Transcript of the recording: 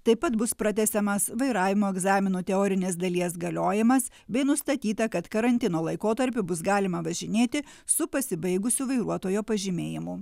taip pat bus pratęsiamas vairavimo egzamino teorinės dalies galiojimas bei nustatyta kad karantino laikotarpiu bus galima važinėti su pasibaigusiu vairuotojo pažymėjimu